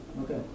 okay